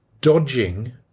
dodging